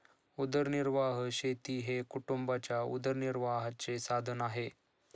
उदरनिर्वाह शेती हे कुटुंबाच्या उदरनिर्वाहाचे साधन आहे